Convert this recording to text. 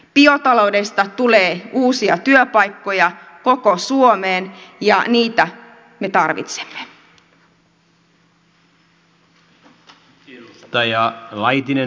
biotaloudesta tulee uusia työpaikkoja koko suomeen ja niitä me tarvitsemme